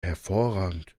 hervorragend